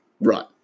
right